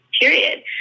period